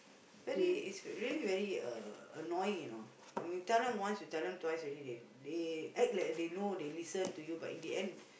really it's really very uh annoying you know you tell them once you tell them twice ready they they act like they know they listen to you but in the end